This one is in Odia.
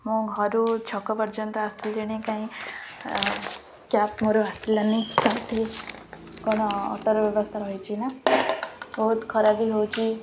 ମୁଁ ଘରୁ ଛକ ପର୍ଯ୍ୟନ୍ତ ଆସିଲିଣି କାହିଁ କ୍ୟାବ୍ ମୋର ଆସିଲାନି ସେଠି କ'ଣ ଅଟୋର ବ୍ୟବସ୍ଥା ରହିଛି ନା ବହୁତ ଖରା ବି ହେଉଛି